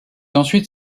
ensuite